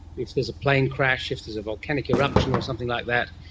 if there's a plane crash, if there's a volcanic eruption or something like that,